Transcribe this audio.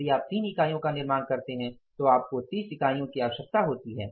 यदि आप 3 इकाइयों का निर्माण करते हैं तो आपको 30 इकाइयों की आवश्यकता होती है